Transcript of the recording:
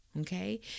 Okay